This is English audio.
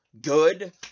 good